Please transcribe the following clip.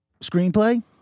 screenplay